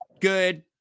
good